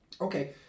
Okay